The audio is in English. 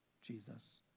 Jesus